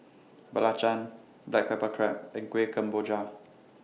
Belacan Black Pepper Crab and Kueh Kemboja